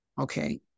Okay